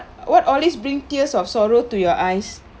what always bring tears or sorrow to your eyes